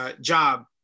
job